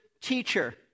teacher